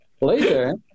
Later